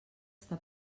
està